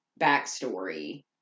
backstory